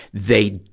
they,